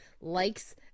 likes